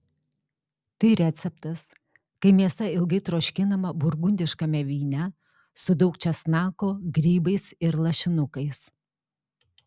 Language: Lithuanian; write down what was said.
tai receptas kai mėsa ilgai troškinama burgundiškame vyne su daug česnako grybais ir lašinukais